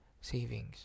savings